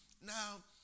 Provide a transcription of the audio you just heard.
Now